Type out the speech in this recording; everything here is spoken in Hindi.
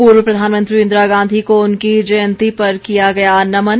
पूर्व प्रधानमंत्री इंदिरा गांधी को उनकी जयंती पर किया गया नमन